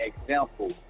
example